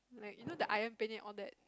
like you know the Ayam-Penyet all that